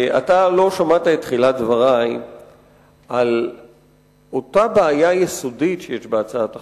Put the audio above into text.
אתה לא שמעת את תחילת דברי על אותה בעיה יסודית שיש בהצעת החוק,